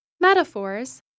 metaphors